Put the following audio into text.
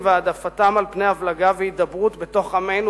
והעדפתם על פני הבלגה והידברות בתוך עמנו,